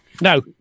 No